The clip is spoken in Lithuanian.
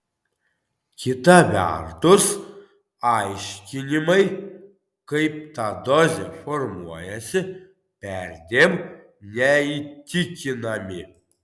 kita vertus aiškinimai kaip ta dozė formuojasi perdėm neįtikinami